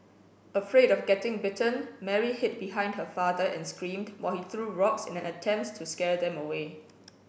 afraid of getting bitten Mary hid behind her father and screamed while he threw rocks in an attempt to scare them away